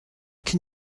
can